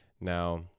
Now